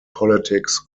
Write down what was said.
politics